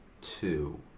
two